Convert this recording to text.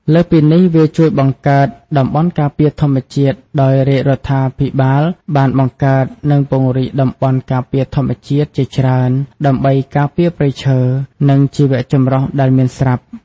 លើសពីនេះ វាជួយបង្កើតតំបន់ការពារធម្មជាតិ ដោយ រាជរដ្ឋាភិបាលបានបង្កើត និងពង្រីកតំបន់ការពារធម្មជាតិជាច្រើន ដើម្បីការពារព្រៃឈើ និងជីវៈចម្រុះដែលមានស្រាប់។